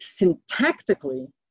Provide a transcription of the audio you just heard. syntactically